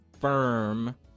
firm